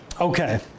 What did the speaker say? Okay